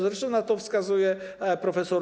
Zresztą na to wskazuje prof.